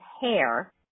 hair